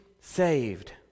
saved